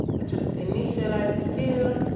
and just initialize it here.